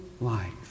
life